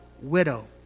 widow